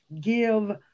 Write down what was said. Give